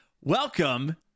Welcome